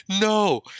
no